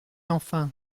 enfin